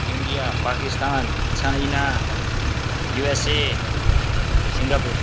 India Pakistan China USA Singapore